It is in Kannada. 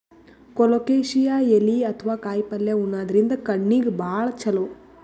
ಕೊಲೊಕೆಸಿಯಾ ಎಲಿ ಅಥವಾ ಕಾಯಿಪಲ್ಯ ಉಣಾದ್ರಿನ್ದ ಕಣ್ಣಿಗ್ ಭಾಳ್ ಛಲೋ